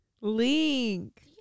Link